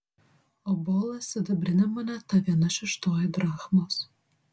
obolas sidabrinė moneta viena šeštoji drachmos